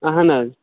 اَہَن حظ